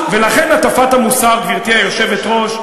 לכן הטפת המוסר, גברתי היושבת-ראש,